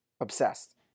obsessed